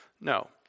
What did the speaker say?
No